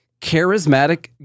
charismatic